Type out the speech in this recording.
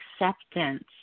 acceptance